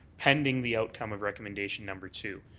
pending the outcome of recommendation number two.